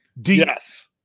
Yes